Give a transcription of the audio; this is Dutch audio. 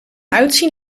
uitzien